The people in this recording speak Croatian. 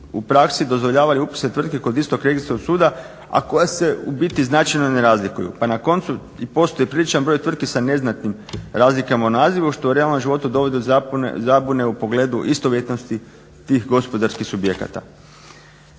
u praksi dozvoljavali upise tvrtki kod istog registarskog suda a koja se u biti značajno ne razlikuju. Pa na koncu i postoji priličan broj tvrtki sa neznatnim razlikama u nazivu što u realnom životu dovodi do zabune u pogledu istovjetnosti tih gospodarskih subjekata.